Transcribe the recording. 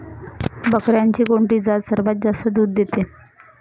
बकऱ्यांची कोणती जात सर्वात जास्त दूध देते?